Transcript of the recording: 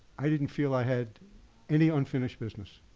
i didn't feel i had any unfinished business.